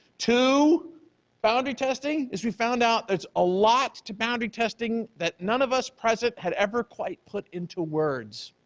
to boundary testing, is we found out that there's a lot to boundary testing that none of us present had ever quite put into words.